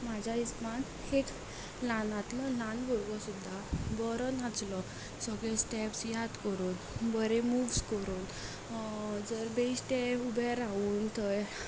म्हज्या हिसबान एक ल्हानांतलो ल्हान भुरगो सुद्दां बरो नाचलो सगले स्टेप्स याद करून बरे मुव्स करून जर बेश्टे उबे रावून थंय